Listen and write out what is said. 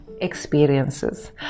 experiences